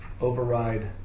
override